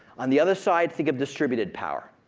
on the other side, think of distributed power,